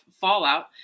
fallout